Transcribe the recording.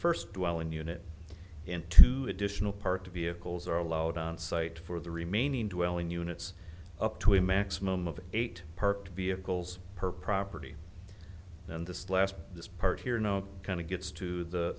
first dwelling unit into the additional part to be of coals are allowed on site for the remaining dwelling units up to a maximum of eight parked vehicles per property and this last this part here no kind of gets to the